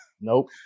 Nope